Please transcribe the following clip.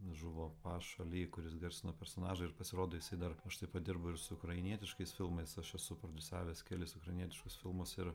žuvo paša ly kuris garsino personažą ir pasirodo jisai dar aš taip pat dirbu ir su ukrainietiškais filmais aš esu prodiusavęs kelis ukrainietiškus filmus ir